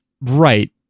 right